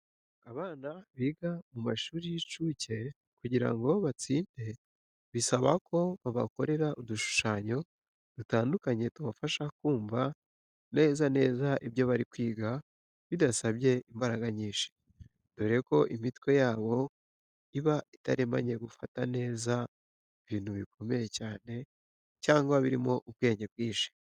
Abana biga mu mashuri y'incuke kugira ngo batsinde bisaba ko babakorera udushushanyo dutandukanye tubafasha kumva neza neza ibyo bari kwiga bidasabye imbaraga nyinshi, dore ko imitwe yabo iba itaramenya gufata neza ibintu bikomeye cyane cyangwa birimo ubwenge bwinshi.